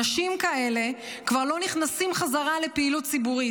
אנשים כאלה כבר לא נכנסים חזרה לפעילות ציבורית,